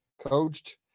coached